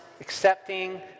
accepting